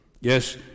Yes